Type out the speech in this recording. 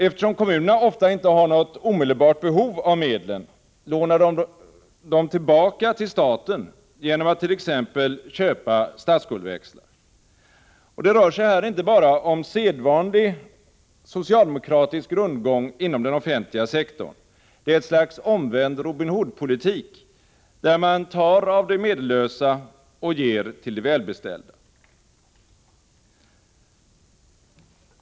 Eftersom kommunerna ofta inte har något omedelbart behov av medlen, lånar de dem tillbaka till staten genom att t.ex. köpa statsskuldväxlar. Det rör sig här inte bara om sedvanlig socialdemokratisk rundgång inom den offentliga sektorn. Det är ett slags omvänd Robin Hood-politik, där man tar från de medellösa och ger till de välbeställda.